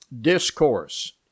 discourse